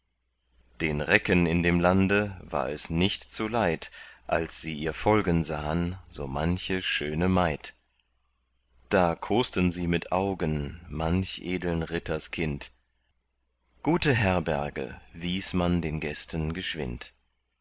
den recken in dem lande war es nicht zu leid als sie ihr folgen sahen so manche schöne maid da kos'ten sie mit augen manch edeln ritters kind gute herberge wies man den gästen geschwind